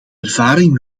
ervaring